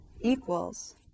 equals